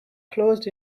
closed